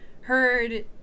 heard